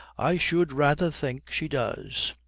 i should rather think she does.